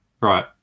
Right